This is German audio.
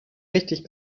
richtig